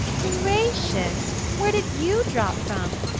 gracious where did you drop from?